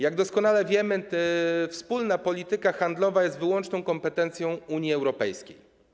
Jak doskonale wiemy, wspólna polityka handlowa jest wyłączną kompetencją Unii Europejskiej.